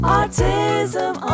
Autism